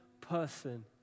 person